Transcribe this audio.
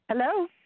Hello